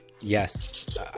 yes